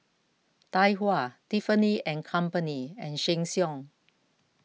Tai Hua Tiffany and Company and Sheng Siong